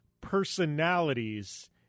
personalities